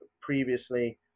Previously